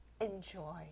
enjoy